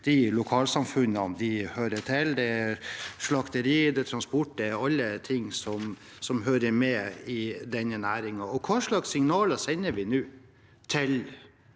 de lokalsamfunnene de hører til. Det er slakterier, transport og andre ting som hører til i denne næringen. Hva slags signaler sender vi nå til